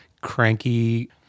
cranky